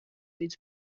līdz